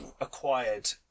acquired